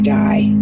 die